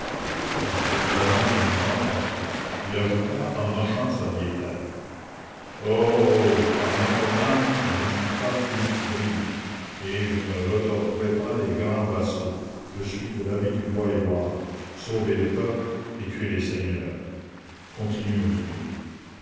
il demeura un moment pensif et ajouta en hochant sa vieille tête ho ho par notre-dame je ne suis pas philippe brille et je ne redorerai pas les grands vassaux je suis de l'avis du roi édouard sauvez le peuple et tuez les seigneurs continue olivier